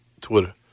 Twitter